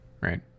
Right